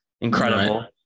incredible